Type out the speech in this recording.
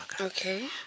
Okay